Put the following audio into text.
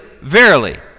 verily